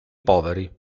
poveri